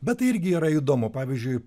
bet tai irgi yra įdomu pavyzdžiui